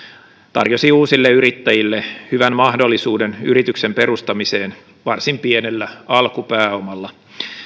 tarjosi uusille yrittäjille hyvän mahdollisuuden yrityksen perustamiseen varsin pienellä alkupääomalla